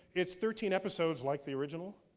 it's thirteen episodes, like the original.